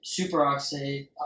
superoxide